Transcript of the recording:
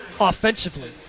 offensively